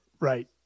Right